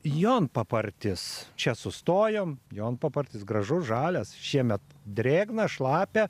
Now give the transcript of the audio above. jonpapartis čia sustojom jonpapartis gražus žalias šiemet drėgna šlapia